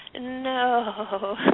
No